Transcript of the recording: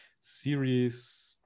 series